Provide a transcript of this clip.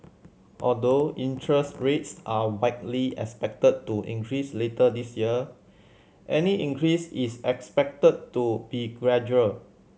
although interest rates are widely expected to increase later this year any increase is expected to be gradual